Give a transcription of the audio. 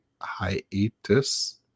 hiatus